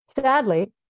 Sadly